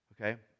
Okay